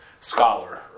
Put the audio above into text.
scholar